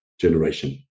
generation